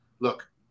look